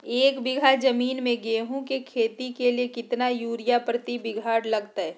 एक बिघा जमीन में गेहूं के खेती के लिए कितना यूरिया प्रति बीघा लगतय?